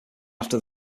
after